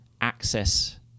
access